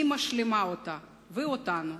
היא משלימה אותה ואותנו.